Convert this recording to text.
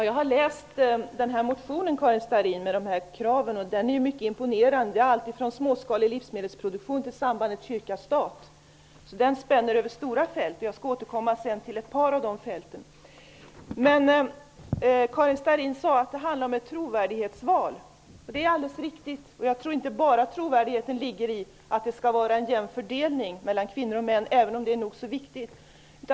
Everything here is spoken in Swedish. Fru talman! Jag har läst motionen med alla kraven, Karin Starrin, och den är mycket imponerande. Den omfattar allt från småskalig livsmedelsproduktion till sambandet kyrka--stat. Den spänner alltså över stora fält. Jag skall senare återkomma till ett par av de fälten. Karin Starrin sade att årets val blir ett trovärdighetsval. Det är alldeles riktigt. Och jag tror inte att trovärdigheten bara ligger i en jämn fördelning mellan kvinnor och män, även om det är nog så viktigt.